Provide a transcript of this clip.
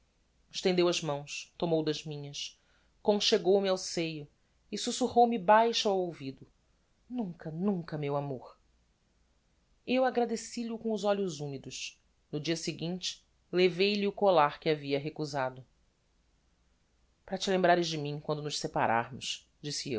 estendeu as mãos tomou das minhas conchegou me ao seio e sussurrou me baixo ao ouvido nunca nunca meu amor eu agradeci lho com os olhos humidos no dia seguinte levei lhe o collar que havia recusado para te lembrares de mim quando nos separarmos disse eu